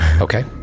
Okay